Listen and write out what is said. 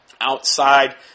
outside